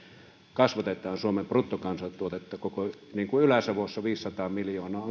kasvatetaan suomen bruttokansantuotetta niin kuin ylä savossa viisisataa miljoonaa